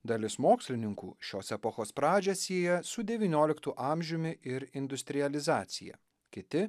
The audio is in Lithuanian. dalis mokslininkų šios epochos pradžią sieja su devynioliktu amžiumi ir industrializacija kiti